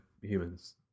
humans